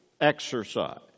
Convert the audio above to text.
exercise